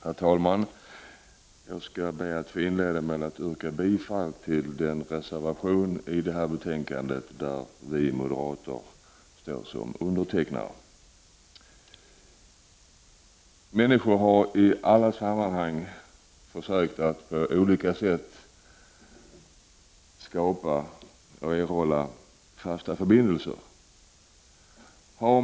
Herr talman! Jag ber att få inleda med att yrka bifall till den reservation i det här betänkandet där vi moderater står som undertecknare. Människor har alltid försökt att på olika sätt skapa och erhålla fasta förbindelser.